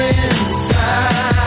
inside